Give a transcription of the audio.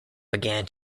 began